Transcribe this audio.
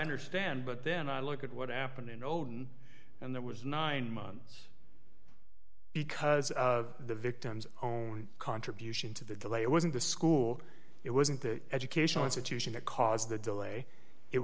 understand but then i look at what happened in nine and that was nine months because of the victim's own contribution to the delay it wasn't the school it wasn't the educational institution that caused the delay it